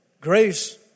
Grace